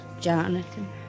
Jonathan